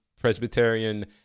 Presbyterian